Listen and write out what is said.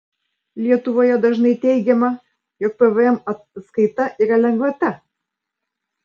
lietuvoje dažnai teigiama jog pvm atskaita yra lengvata